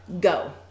go